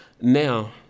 Now